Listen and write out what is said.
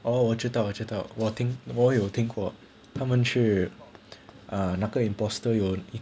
哦我知道我知道我听我有听过他们是那个 imposter 有